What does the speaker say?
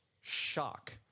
shock